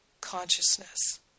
consciousness